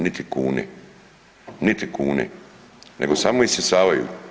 Niti kune, niti kune nego samo isisavaju.